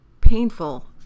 painful